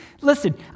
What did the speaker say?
listen